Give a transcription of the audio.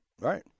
right